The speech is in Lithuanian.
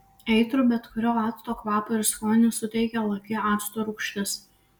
aitrų bet kurio acto kvapą ir skonį suteikia laki acto rūgštis